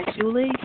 Julie